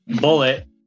bullet